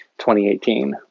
2018